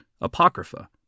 Apocrypha